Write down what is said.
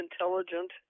intelligent